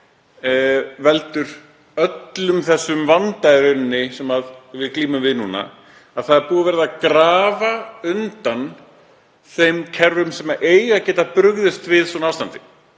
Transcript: öllum þessum vanda sem við glímum við núna. Það er búið að grafa undan þeim kerfum sem eiga að geta brugðist við svona ástandi.